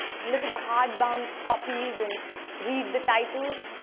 and look at the hard bound copies and read the titles?